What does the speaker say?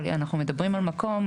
אנחנו מדברים על מקום,